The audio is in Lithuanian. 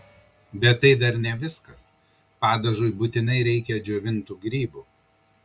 bet tai dar ne viskas padažui būtinai reikia džiovintų grybų